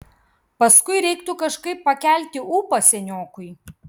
paskui reiktų kažkaip pakelti ūpą seniokui